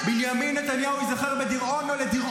הוא ממש לא אומר